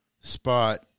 spot